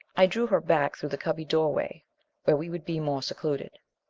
i drew her back through the cubby doorway where we would be more secluded.